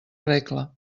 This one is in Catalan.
regla